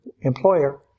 employer